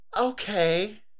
okay